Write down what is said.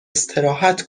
استراحت